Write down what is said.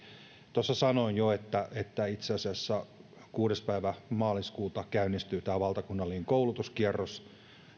tuossa sanoin jo että että itse asiassa kuudes päivä maaliskuuta käynnistyy valtakunnallinen koulutuskierros